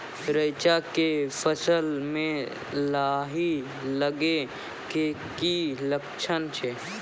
रैचा के फसल मे लाही लगे के की लक्छण छै?